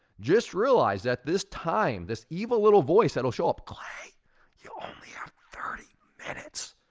just realize that this time, this evil little voice, that'll show up, clay you only have thirty minutes.